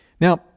Now